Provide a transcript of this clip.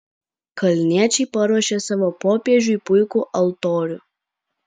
kalniečiai paruošė savo popiežiui puikų altorių